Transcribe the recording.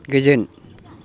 गोजोन